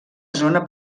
zona